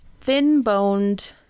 thin-boned